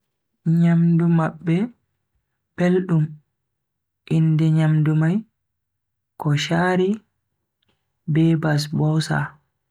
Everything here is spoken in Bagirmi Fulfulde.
Nyamdu mabbe beldum, inde nyamdu mai koshari be basbousa.